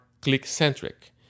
click-centric